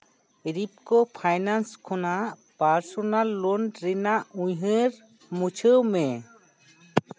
Repco finance ᱠᱷᱚᱱᱟᱜ personal loan ᱨᱮᱱᱟᱜ ᱩᱭᱦᱟᱹᱨ ᱢᱩᱪᱷᱟᱹᱣ ᱢᱮ